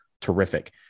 terrific